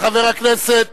חבר הכנסת זחאלקה,